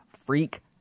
freak